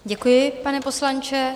Děkuji, pane poslanče.